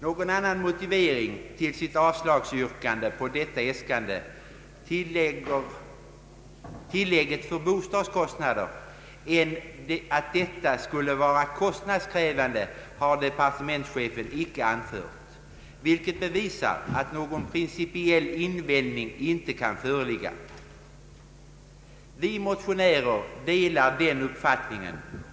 Någon annan motivering för sitt avslagsyrkande på detta äskande — tilllägget för bostadskostnader — än att det skulle bli kostnadskrävande, har departementschefen icke anfört, vilket bevisar att någon principiell invändning icke föreligger. Vi motionärer delar denna uppfattning.